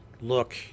look